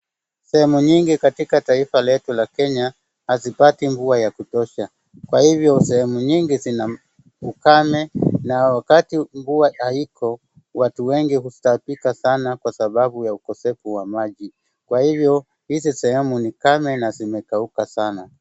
Sehemu nyingi katika taifa letu la Kenya hazipati mvua ya kutosha, kwa hivyo sehemu nyingi zina ukame na wakati mvua haiko watu wengi hutaabika sana kwa sababu ya ukosefu wa maji. Kwa hivyo hizi sehemu ni kame na zimekauka sana.